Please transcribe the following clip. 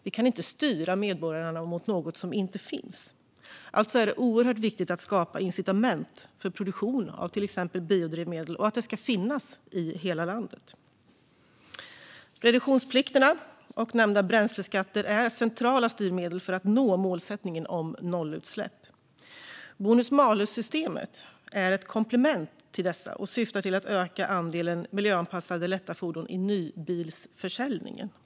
Vi kan inte styra medborgarna mot något som inte finns. Alltså är det oerhört viktigt att skapa incitament för produktion av till exempel biodrivmedel och att det ska finnas i hela landet. Reduktionsplikterna och nämnda bränsleskatter är centrala styrmedel för att nå målsättningen om nollutsläpp. Bonus-malus-systemet är ett komplement till dessa och syftar till att öka andelen miljöanpassade lätta fordon i nybilsförsäljningen.